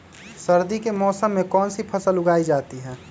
सर्दी के मौसम में कौन सी फसल उगाई जाती है?